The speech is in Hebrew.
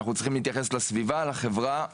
אנחנו צריכים להתייחס לסביבה, לחברה ולכלכלה.